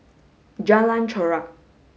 Jalan Chorak